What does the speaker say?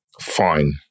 fine